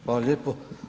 Hvala lijepo.